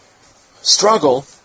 struggle